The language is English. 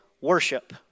worship